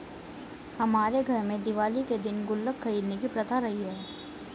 हमारे घर में दिवाली के दिन गुल्लक खरीदने की प्रथा रही है